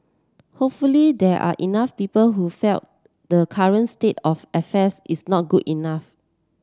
hopefully there are enough people who felt the current state of affairs is not good enough